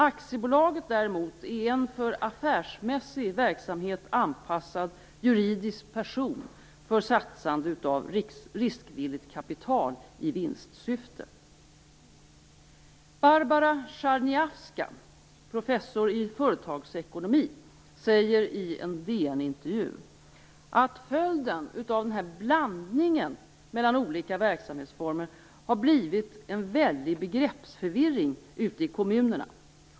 Aktiebolaget däremot är en för affärsmässig verksamhet anpassad juridisk person för satsande av riskvilligt kapital i vinstsyfte. Barbara Czarniawska, professor i företagsekonomi, säger i en DN-intervju att följden av den här blandningen mellan olika verksamhetsformer har blivit en väldig begreppsförvirring ute i kommunerna.